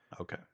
okay